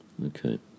Okay